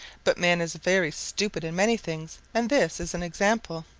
but man is very stupid in many things and this is an example.